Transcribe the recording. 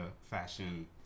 fashion